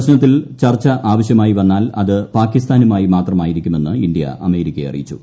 പ്രശ്നത്തിൽ ചർച്ച ആവശ്യമായി വന്നാൽ അത് പാകിസ്ഥാനുമായി മാത്രമായിരിക്കുമെന്ന് ഇന്ത്യ അമേരിക്കയെ അറിയിച്ചു